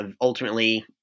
ultimately